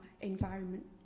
environment